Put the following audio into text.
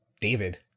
David